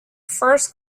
first